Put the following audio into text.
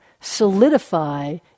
solidify